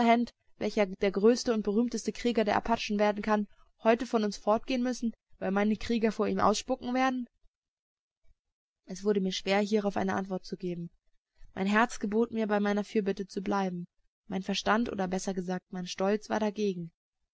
welcher der größte und berühmteste krieger der apachen werden kann heute von uns fortgehen müssen weil meine krieger vor ihm ausspucken werden es wurde mir schwer hierauf eine antwort zu geben mein herz gebot mir bei meiner fürbitte zu bleiben mein verstand oder besser gesagt mein stolz war dagegen